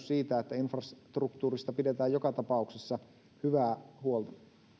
siitä että infrastruktuurista pidetään joka tapauksessa hyvää huolta